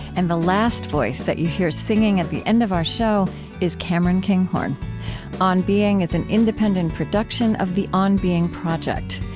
and the last voice that you hear singing at the end of our show is cameron kinghorn on being is an independent production of the on being project.